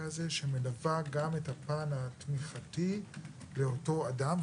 הזה שמלווה גם את הפן התמיכתי לאותו אדם,